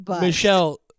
Michelle